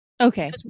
okay